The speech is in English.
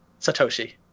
Satoshi